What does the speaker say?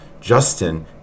Justin